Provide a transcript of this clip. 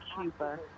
Cuba